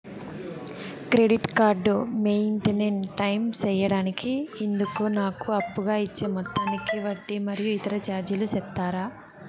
Credit card maintain time సేయడానికి ఇందుకు నాకు అప్పుగా ఇచ్చే మొత్తానికి వడ్డీ మరియు ఇతర చార్జీలు సెప్తారా?